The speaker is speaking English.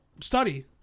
study